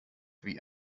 wie